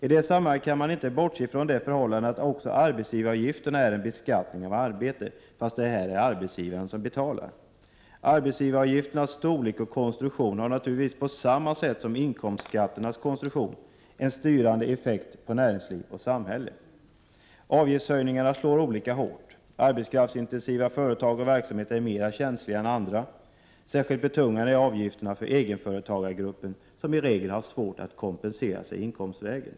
I det sammanhanget kan man inte bortse ifrån det förhållandet att också arbetsgivaravgifterna är en beskattning av arbete. Det är dock arbetsgivaren som betalar i det fallet. Arbetsgivaravgifternas storlek och konstruktion har naturligtvis på samma sätt som inkomstskatternas konstruktion en styrande effekt på näringsliv och samhälle. Avgiftshöjningarna slår olika hårt. Arbetskraftsintensiva företag och verksamheter är mera känsliga än andra. Särskilt betungande är avgifterna för egenföretagargruppen, som i regel har svårt att kompensera sig inkomstvägen.